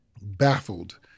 baffled